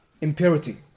impurity